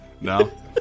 No